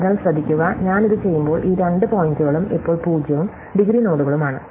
അതിനാൽ ശ്രദ്ധിക്കുക ഞാൻ ഇത് ചെയ്യുമ്പോൾ ഈ രണ്ട് പോയിന്റുകളും ഇപ്പോൾ 0 ഉം ഡിഗ്രി നോഡുകളുമാണ്